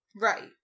Right